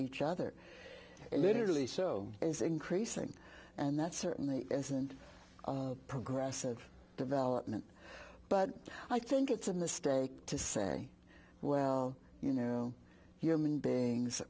each other literally so is increasing and that certainly isn't progressive development but i think it's a mistake to say well you know human beings